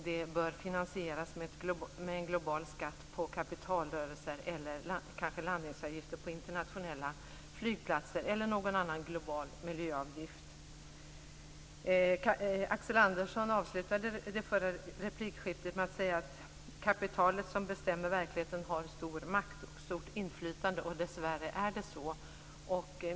Det bör finansieras med en global skatt på kapitalrörelser eller kanske landningsavgifter på internationella flygplatser eller någon annan global miljöavgift. Axel Andersson avslutade det förra replikskiftet med att säga att kapitalet som bestämmer verkligheten har stor makt och stort inflytande. Dessvärre är det så.